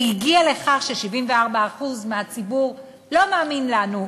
והגיע לכך ש-74% מהציבור לא מאמין לנו,